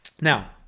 Now